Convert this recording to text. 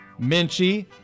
Minchie